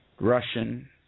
Russian